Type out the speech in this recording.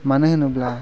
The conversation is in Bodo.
मानो होनोब्ला